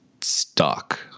stuck